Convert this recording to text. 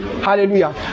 Hallelujah